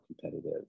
competitive